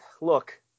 look